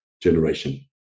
generation